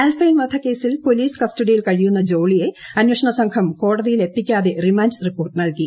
ആൽഫൈൻ വധക്കേസിൽ പൊലീസ് പ്രികസ്റ്റഡിയിൽ കഴിയുന്ന ജോളിയെ അന്വേഷണസംഘം കോട്ടതിയില്ലത്തിക്കാതെ റിമാൻഡ് റിപ്പോർട്ട് നൽകി